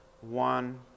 one